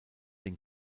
den